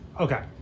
Okay